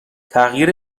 تغییر